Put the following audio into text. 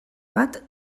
bat